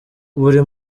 buri